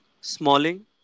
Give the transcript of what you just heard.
Smalling